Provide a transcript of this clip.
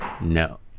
No